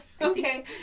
okay